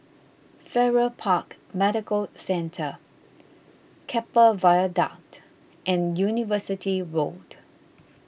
Farrer Park Medical Centre Keppel Viaduct and University Road